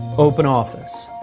open office.